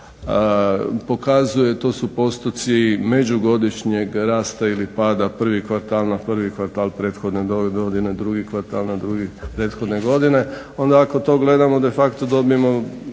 pokazuje, to su postotci međugodišnjeg rasta ili pada, prvi kvartal na prvi kvartal prethodne godine, drugi kvartal na drugi prethodne godine. Onda ako to gledamo de facto dobijemo